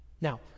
Now